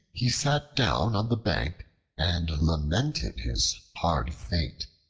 he sat down on the bank and lamented his hard fate.